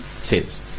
says